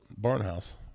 Barnhouse